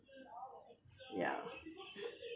ya